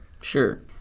sure